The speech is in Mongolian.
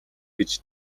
гэж